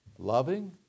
Loving